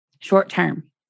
short-term